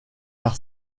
par